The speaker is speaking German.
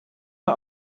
mal